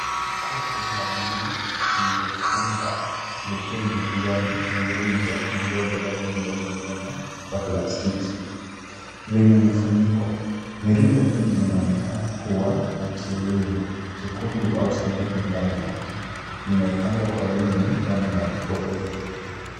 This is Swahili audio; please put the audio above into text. Kopo la buluu lililofunga likiwa limejaa mirija midogo ya vyombo vingine kwa plastiki. Vyenye vifuniko, mirija mingi inaonekana kuwa na kioevu chekundu au sampuli ndani yake. Imepangwa kwa wingi, ndani ya mikopo hiyo.